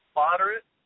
moderate